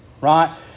right